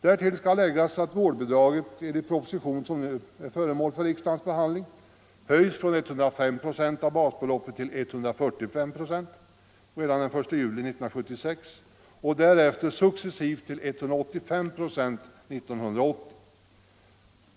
Därtill skall läggas att vårdbidraget enligt den proposition som nu är föremål för riksdagens behandling redan den 1 juli 1976 höjs från 105 procent av basbeloppet till 145 procent av basbeloppet och därefter successivt till 185 procent år 1980.